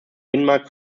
binnenmarkt